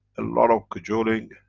a lot of cajoling,